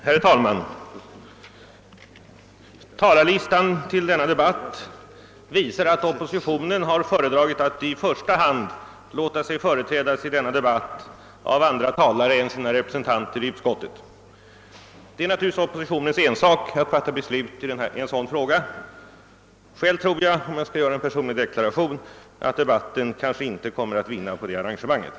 Herr talman! Talarlistan till denna debatt visar att oppositionen har föredragit att i första hand låta sig företrädas av andra talare än sina representanter i statsutskottet, och det är givetvis oppositionens ensak att besluta om det. Själv tror jag, om jag här skall göra en personlig deklaration, att debatten inte kommer att vinna på det arrangemanget.